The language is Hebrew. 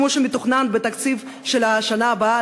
כמו שמתוכנן בתקציב של השנה הבאה,